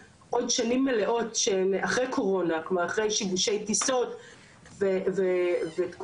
כלומר אחרי שיבושי טיסות ותקופה שלא התייחסנו אליה